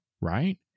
right